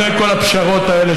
אחרי כל הפשרות האלה,